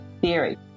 theory